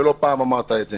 ולא פעם אמרת את זה.